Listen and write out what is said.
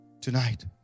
Tonight